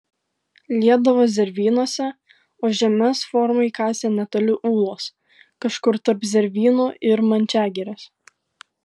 liedavo zervynose o žemes formai kasė netoli ūlos kažkur tarp zervynų ir mančiagirės